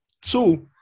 Two